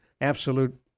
absolute